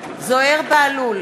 נגד זוהיר בהלול,